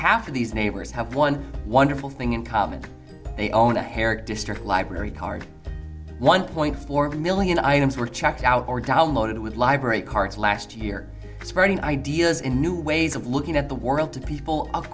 half of these neighbors have one wonderful thing in common they own a hair district library card one point four million items were checked out or downloaded with library cards last year spreading ideas in new ways of looking at the world to people